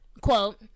quote